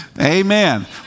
amen